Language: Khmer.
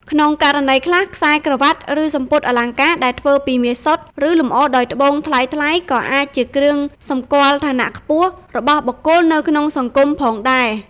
ក្នុងករណីខ្លះ ខ្សែក្រវាត់ ឬសំពត់អលង្ការដែលធ្វើពីមាសសុទ្ធ ឬលម្អដោយត្បូងថ្លៃៗ ក៏អាចជាគ្រឿងសម្គាល់ ឋានៈខ្ពស់ របស់បុគ្គលនៅក្នុងសង្គមផងដែរ។